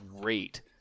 great